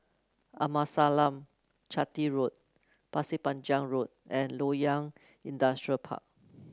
Amasalam Chetty Road Pasir Panjang Road and Loyang Industrial Park